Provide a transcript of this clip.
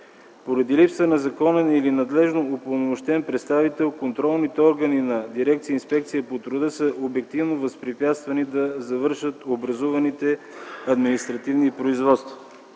Поради липса на законен или надлежно упълномощен представител, контролните органи на дирекция „Инспекция по труда” са обективно възпрепятствани да завършат образуваните административни производства.